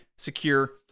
secure